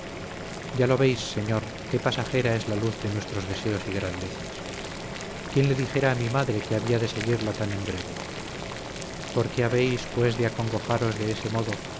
ya lo veis señor qué pasajera es la luz de nuestros deseos y grandezas quién le dijera a mi madre que había de seguirla tan en breve por qué habéis pues de acongojaros de ese modo